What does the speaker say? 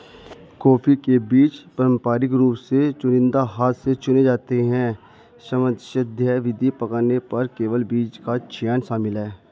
coffee के बीज पारंपरिक रूप से चुनिंदा हाथ से चुने जाते हैं, श्रमसाध्य विधि, पकने पर केवल बीज का चयन शामिल है